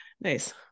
nice